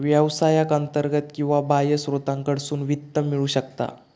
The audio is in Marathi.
व्यवसायाक अंतर्गत किंवा बाह्य स्त्रोतांकडसून वित्त मिळू शकता